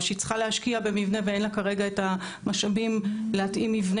או שהיא צריכה להשקיע במבנה ואין לה כרגע את המשאבים להתאים מבנה